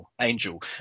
angel